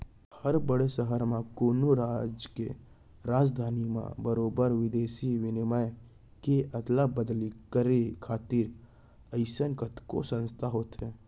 हर बड़े सहर म, कोनो राज के राजधानी म बरोबर बिदेसी बिनिमय के अदला बदली करे खातिर अइसन कतको संस्था होथे